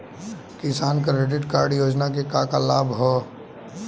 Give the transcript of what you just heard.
किसान credit card योजना के का का लाभ ह?